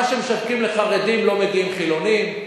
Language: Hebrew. לְמה שמשווקים לחרדים לא מגיעים חילונים,